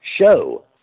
show